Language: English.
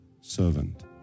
servant